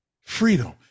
freedom